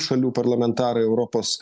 šalių parlamentarai europos